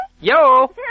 Yo